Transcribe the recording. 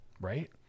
right